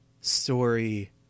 story